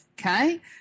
Okay